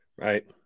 right